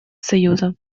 союза